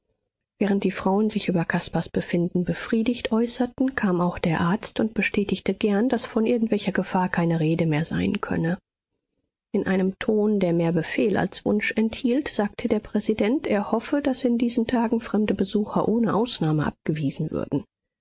während die frauen sich über caspars befinden befriedigt äußerten kam auch der arzt und bestätigte gern daß von irgendwelcher gefahr keine rede mehr sein könne in einem ton der mehr befehl als wunsch enthielt sagte der präsident er hoffe daß in diesen tagen fremde besucher ohne ausnahme abgewiesen würden